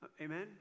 Amen